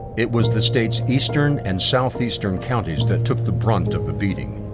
it was the state's eastern and southeastern counties that took the brunt of the beating.